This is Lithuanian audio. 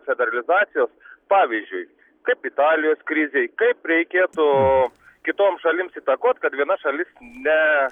federalizacijos pavyzdžiui kaip italijos krizei kaip reikėtų kitoms šalims įtakot kad viena šalis ne